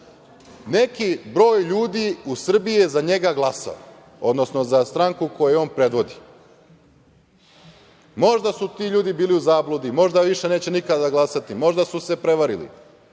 neki broj ljudi u Srbiji je za njega glasao, odnosno za stranku koju on predvodi. Možda su ti ljudi bili u zabludi, možda neće više nikada glasati, možda su se prevarili,